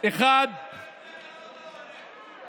מס גודש זה חברתי לפריפריה?